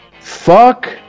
Fuck